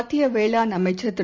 மத்தியவேளாண் அமைச்சர் திரு